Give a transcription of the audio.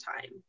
time